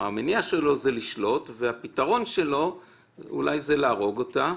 המניע שלו זה לשלוט והפתרון שלו זה להרוג אותה,